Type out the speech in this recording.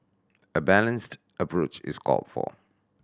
a balanced approach is called for